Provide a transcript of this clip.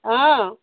অঁ